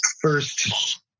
First